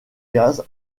gaz